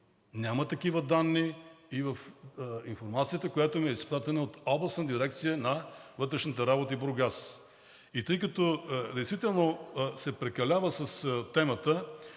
Няма такива данни и в информацията, която ми е изпратена от Областна дирекция на вътрешните работи – Бургас. И тъй като действително се прекалява с темата